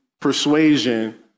persuasion